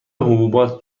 حبوبات